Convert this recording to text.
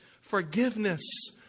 forgiveness